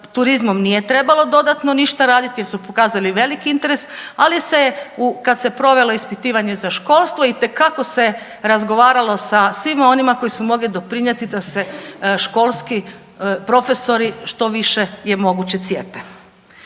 turizam nije trebalo dodatno ništa raditi, jer su pokazali veliki interes. Ali kad se provelo ispitivanje za školstvo itekako se razgovaralo sa svima onima koji su mogli doprinijeti da se školski profesori što više je moguće cijepe.